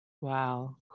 wow